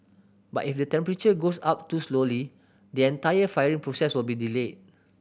but if the temperature goes up too slowly the entire firing process will be delayed